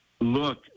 look